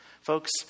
Folks